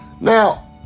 Now